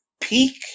peak